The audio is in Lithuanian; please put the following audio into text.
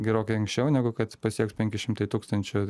gerokai anksčiau negu kad pasieks penki šimtai tūkstančių